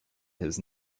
his